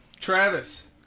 Travis